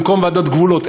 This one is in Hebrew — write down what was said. במקום ועדות גבולות,